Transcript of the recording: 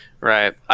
Right